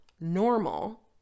normal